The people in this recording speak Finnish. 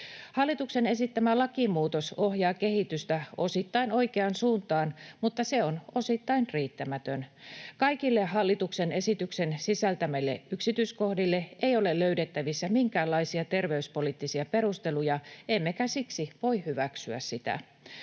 Hallituksen esittämä lakimuutos ohjaa kehitystä osittain oikeaan suuntaan, mutta se on osittain riittämätön. Kaikille hallituksen esityksen sisältämille yksityiskohdille ei ole löydettävissä minkäänlaisia terveyspoliittisia perusteluja, emmekä siksi voi hyväksyä sitä.